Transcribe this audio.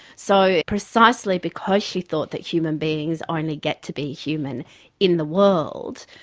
so precisely because she thought that human beings only get to be human in the world,